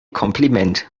kompliment